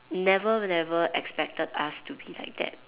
never never expected us to be like that